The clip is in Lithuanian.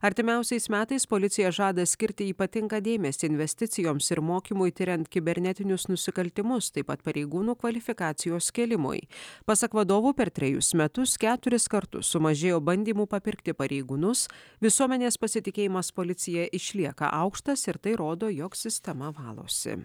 artimiausiais metais policija žada skirti ypatingą dėmesį investicijoms ir mokymui tiriant kibernetinius nusikaltimus taip pat pareigūnų kvalifikacijos kėlimui pasak vadovo per trejus metus keturis kartus sumažėjo bandymų papirkti pareigūnus visuomenės pasitikėjimas policija išlieka aukštas ir tai rodo jog sistema valosi